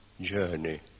journey